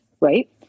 Right